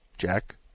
Jack